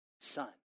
son